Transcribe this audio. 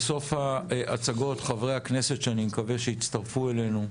בסוף ההצגות חברי הכנסת שאני מקווה שיצטרפו אלינו,